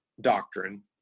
doctrine